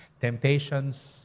temptations